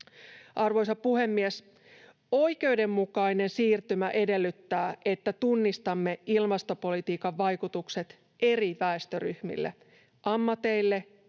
Arvoisa puhemies! Oikeudenmukainen siirtymä edellyttää, että tunnistamme ilmastopolitiikan vaikutukset eri väestöryhmiin, ammatteihin